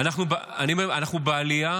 אנחנו בעלייה